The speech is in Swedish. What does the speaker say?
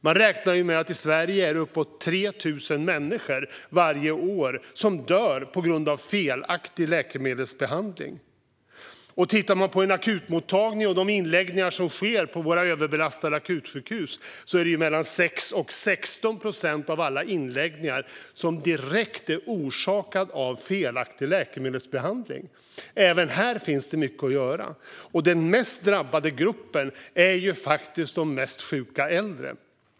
Man räknar med att uppåt 3 000 människor varje år dör i Sverige på grund av felaktig läkemedelsbehandling. När det gäller akutmottagningar och de inläggningar som sker på våra överbelastade akutsjukhus är det mellan 6 och 16 procent som direkt är orsakade av felaktig läkemedelsbehandling. Även här finns det mycket att göra. Den värst drabbade gruppen är de mest sjuka äldre.